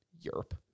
Europe